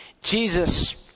Jesus